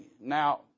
now